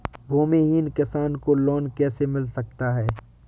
भूमिहीन किसान को लोन कैसे मिल सकता है?